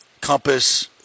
compass